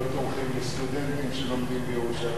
בינתיים אתם לא תומכים בסטודנטים שלומדים בירושלים,